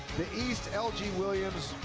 the east l g. williams,